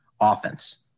offense